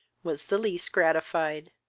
was the least gratified.